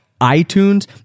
iTunes